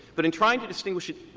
but in trying to distinguish it,